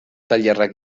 tailerrak